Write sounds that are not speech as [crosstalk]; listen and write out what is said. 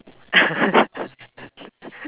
[laughs]